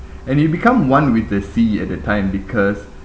and you become one with the sea at that time because